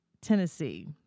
Tennessee